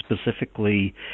specifically